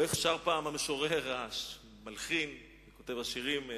או איך שר פעם המשורר, המלחין, כותב השירים,